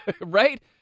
Right